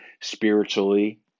spiritually